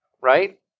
right